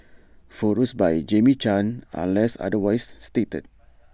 photos by Jamie chan unless otherwise stated